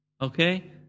Okay